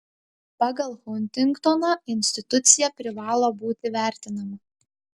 pagal huntingtoną institucija privalo būti vertinama